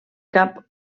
cap